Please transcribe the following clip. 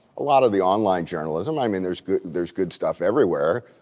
a lot of the online journalism, i mean there's good there's good stuff everywhere,